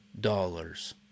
dollars